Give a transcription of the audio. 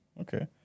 okay